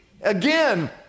again